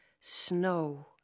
Snow